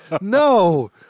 No